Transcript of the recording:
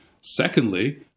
Secondly